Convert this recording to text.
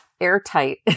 airtight